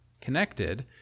connected